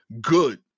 good